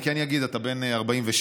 אני אגיד: אתה בן 47,